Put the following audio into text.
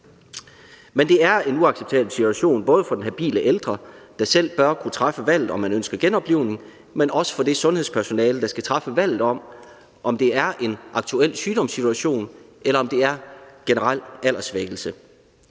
Men det er en uacceptabel situation både for den habile ældre, der selv bør kunne træffe valget, om man ønsker genoplivning, men også for det sundhedspersonale, der skal træffe valget om, om det er en aktuel sygdomssituation, eller om det er generel alderssvækkelse.